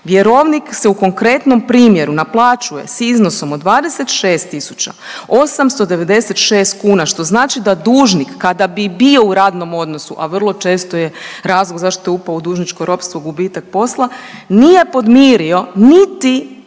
vjerovnik se u konkretnom primjeru naplaćuje s iznosom od 26.896 kuna što znači da dužnik kada bi bio u radnom odnosu, a vrlo često je razlog zašto je upao u dužničko ropstvo gubitak posla, nije podmirio niti